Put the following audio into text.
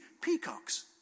peacocks